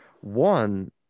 One